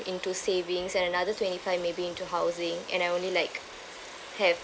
into savings and another twenty five maybe into housing and I only like have